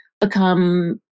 become